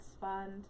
fund